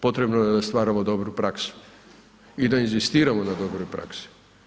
Potrebno je da stvaramo dobru praksu i da inzistiramo na dobroj praksi.